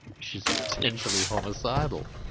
she's potentially homicidal.